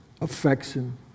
affection